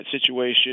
situation